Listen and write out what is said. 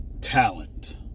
talent